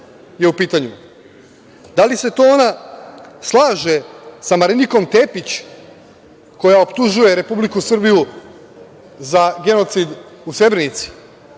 je u pitanju? Da li se to ona slaže sa Marinikom Tepić koja optužuje Republiku Srbiju za genocid u Srebrenici?